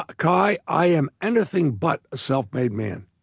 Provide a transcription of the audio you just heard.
ah kai, i am anything but a self-made man.